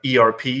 erp